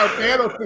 ah panel